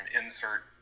insert